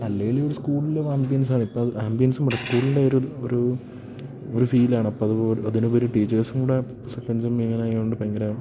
അല്ലേലൊര് സ്കൂളിലെ ആംബിയൻസാണിപ്പോൾ അത് ആംബിയൻസും ഇവിടെ സ്കൂൾലൊരു ഒരു ഒര് ഫീലാണപ്പത് പോൽ അതിനുപരി ടീച്ചേഴ്സ് കൂടെ സെക്കൻഡ് സെമ്മിങ്ങനായോണ്ട് ഭയങ്കര